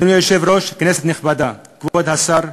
אדוני היושב-ראש, כנסת נכבדה, כבוד השר,